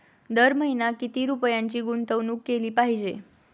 दर महिना किती रुपयांची गुंतवणूक केली पाहिजे?